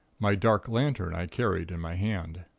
my dark lantern i carried in my hand.